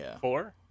Four